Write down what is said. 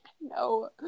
No